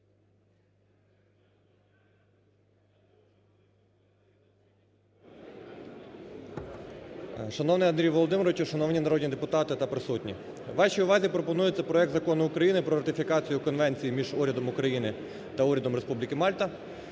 Шановний Андрію Володимировичу, шановні народні депутати та присутні! Вашій увазі пропонується Закон України про ратифікацію Конвенції між Урядом України та Урядом Республіки Мальта